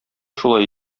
шулай